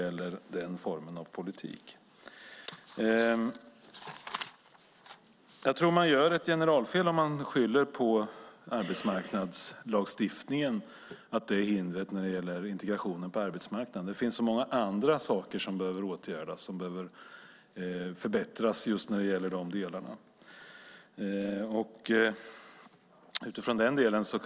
Jag tror att man gör ett generalfel om man skyller på arbetsmarknadslagstiftningen som ett hinder när det gäller integrationen på arbetsmarknaden. Det finns så mycket annat som behöver åtgärdas och förbättras.